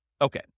Okay